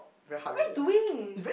what are you doing